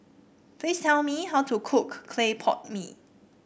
please tell me how to cook Clay Pot Mee